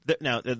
Now